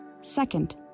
Second